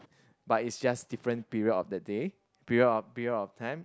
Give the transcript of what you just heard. but it's just different period of the day period of period of time